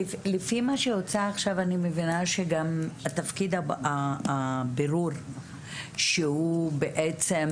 לפי מה שהוצע עכשיו אני מבינה שגם הבירור שהוא בעצם